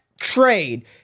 trade